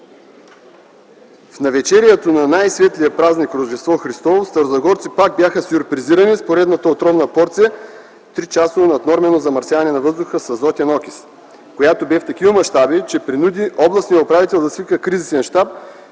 В навечерието на най-светлия празник – Рождество Христово, старозагорци пак бяха сюрпризирани с поредната отровна порция – тричасово наднормено замърсяване на въздуха с азотен окис. То бе в такива мащаби, че принуди областният управител да свика кризисен щаб,